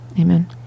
Amen